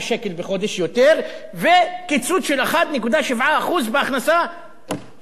וקיצוץ של 1.7% בהכנסה של האנשים האלה,